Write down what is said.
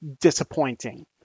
disappointing